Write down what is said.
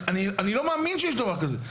אני לא מאמין שקיימת מדינה כזאת.